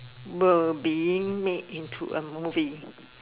will being made into a movie